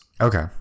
okay